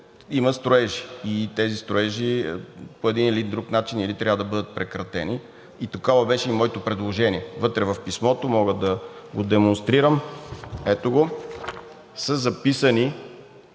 има строежи и тези строежи по един или друг начин трябва да бъдат прекратени и такова беше и моето предложение. Вътре в писмото, мога да го демонстрирам (показва